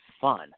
fun